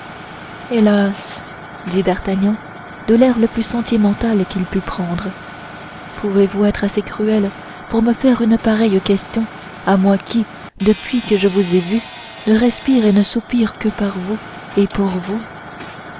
hélas dit d'artagnan de l'air le plus sentimental qu'il put prendre pouvez-vous être assez cruelle pour me faire une pareille question à moi qui depuis que je vous ai vue ne respire et ne soupire que par vous et pour vous